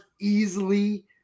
easily